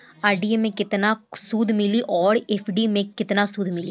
RD मे केतना सूद मिली आउर एफ.डी मे केतना सूद मिली?